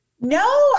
No